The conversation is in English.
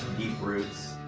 deep roots.